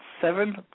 seven